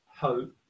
hope